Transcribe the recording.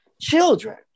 children